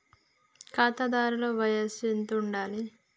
ఖాతాదారుల వయసు ఎంతుండాలి?